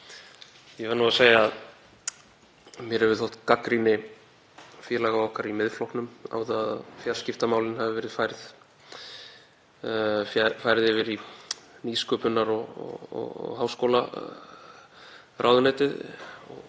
Ég verð að segja að mér hefur þótt gagnrýni félaga okkar í Miðflokknum á það að fjarskiptamálin hafi verið færð yfir í nýsköpunar- og háskólaráðuneytið